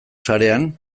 sarean